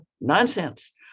nonsense